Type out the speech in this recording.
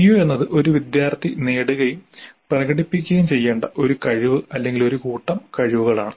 CO എന്നത് ഒരു വിദ്യാർത്ഥി നേടുകയും പ്രകടിപ്പിക്കുകയും ചെയ്യേണ്ട ഒരു കഴിവ് അല്ലെങ്കിൽ ഒരു കൂട്ടം കഴിവുകളാണ്